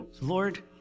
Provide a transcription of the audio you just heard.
Lord